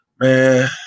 Man